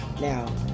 Now